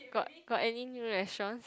got got any new restaurants